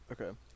Okay